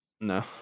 No